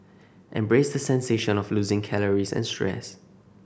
embrace the sensation of losing calories and stress